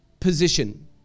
position